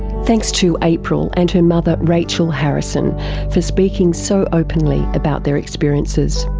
thanks to april and her mother rachel harrison for speaking so openly about their experiences.